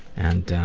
and